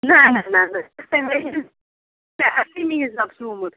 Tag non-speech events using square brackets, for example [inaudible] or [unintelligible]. نَہ نَہ نَہ نَہ [unintelligible] سُومُت